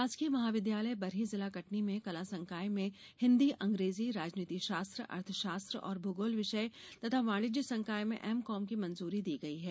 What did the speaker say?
शासकीय महाविद्यालय बरही जिला कटनी में कला संकाय में हिन्दी अंग्रेजी राजनीति शास्त्र अर्थशास्त्र और भूगोल विषय तथा वाणिज्य संकाय में एमकॉम की मंजूरी दी गई है